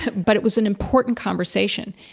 but it was an important conversation,